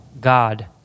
God